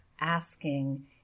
asking